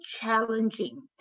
challenging